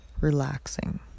relaxing